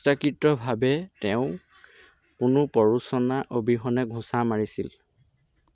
ইচ্ছাকৃতভাৱে তেওঁক কোনো প্ৰৰোচনা অবিহনে ঘুচা মাৰিছিল